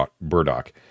Burdock